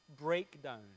breakdown